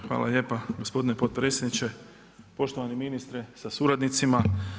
Hvala lijepa gospodine potpredsjedniče, poštovani ministre sa suradnicima.